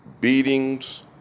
beatings